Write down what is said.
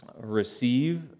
receive